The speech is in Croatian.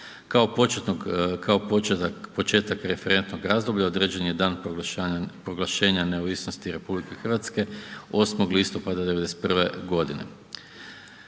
Kao početak referentnog razdoblja, određen je dan proglašenja neovisnosti RH 8. listopada '91. godine.